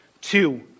Two